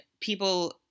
people